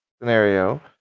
scenario